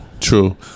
True